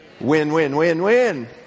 Win-win-win-win